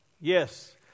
Yes